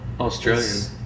Australian